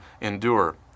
endure